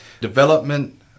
development